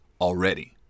already